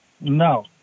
No